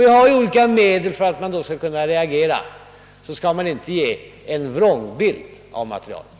Vi har olika medel för att man då skall kunna reagera, och därför bör man inte ge en vrångbild av materialet.